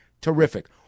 terrific